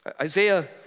Isaiah